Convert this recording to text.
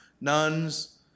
nuns